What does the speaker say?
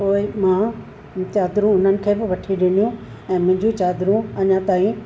पोइ मां चादरूं हुननि खे वठी ॾिनियूं ऐं मुंहिंजूं चादरूं अञा ताईं